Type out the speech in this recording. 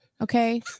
okay